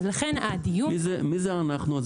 מי זה "אנחנו"?